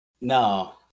No